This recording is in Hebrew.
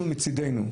אנחנו מצדנו,